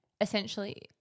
essentially